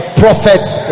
prophet's